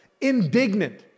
Indignant